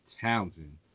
Townsend